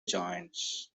joins